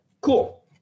Cool